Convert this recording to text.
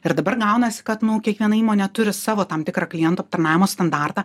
ir dabar gaunasi kad kiekviena įmonė turi savo tam tikrą klientų aptarnavimo standartą